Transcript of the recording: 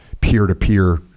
Peer-to-peer